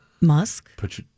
musk